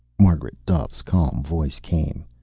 margaret duffe's calm voice came.